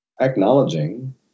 acknowledging